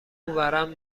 ورم